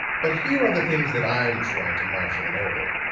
but here are the things that i'm trying to marshall in order.